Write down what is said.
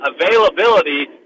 availability